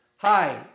Hi